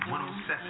107